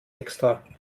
extra